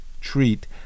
treat